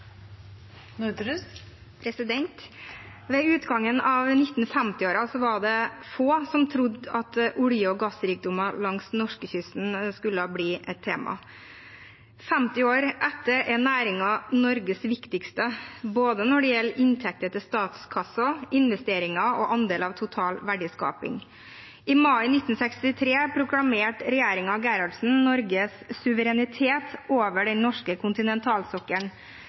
Ved utgangen av 1950-årene var det få som trodde at olje- og gassrikdommer langs norskekysten skulle bli et tema. 50 år etter er næringen Norges viktigste, både når det gjelder inntekter til statskassen, investeringer og andel av total verdiskaping. I mai 1963 proklamerte regjeringen Gerhardsen Norges suverenitet over den norske kontinentalsokkelen.